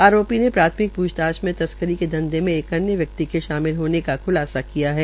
आरोपी ने प्राथ्मिक पुछताछ में तस्करी के धंधे में एक अन्य व्यक्ति के भी शामिल होने का ख्लासा किया है